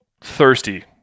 thirsty